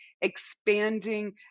expanding